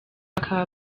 bakaba